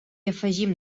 afegim